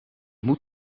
moet